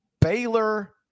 Baylor